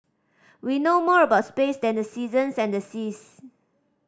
we know more about space than the seasons and the seas